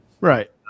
right